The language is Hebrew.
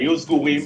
היו סגורים,